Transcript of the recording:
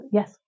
Yes